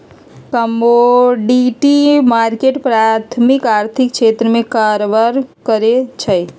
commodity market प्राथमिक आर्थिक क्षेत्र में कारबार करै छइ